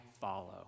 follow